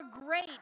great